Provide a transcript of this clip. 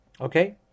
Okay